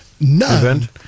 None